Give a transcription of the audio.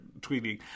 tweeting